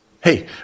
Hey